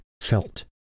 felt